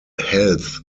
health